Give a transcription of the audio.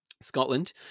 Scotland